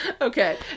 Okay